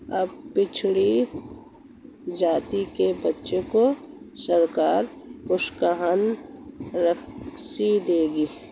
अब पिछड़ी जाति के बच्चों को सरकार प्रोत्साहन राशि देगी